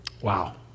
Wow